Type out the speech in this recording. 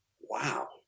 wow